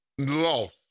Lost